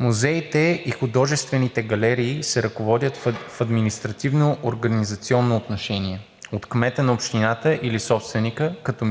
музеите и художествените галерии се ръководят в административно-организационно отношение от кмета на общината или собственика, като